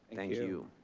thank you.